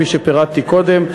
כפי שפירטתי קודם.